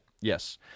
yes